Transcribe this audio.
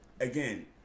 again